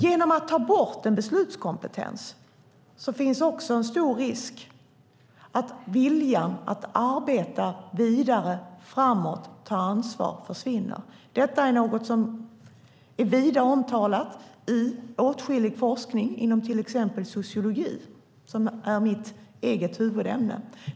Genom att ta bort en beslutskompetens finns också en stor risk att viljan att arbeta vidare framåt och ta ansvar försvinner. Detta är något som är vida omtalat i åtskillig forskning inom till exempel sociologi, som är mitt eget huvudämne.